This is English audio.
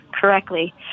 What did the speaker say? correctly